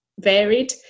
varied